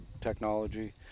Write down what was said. technology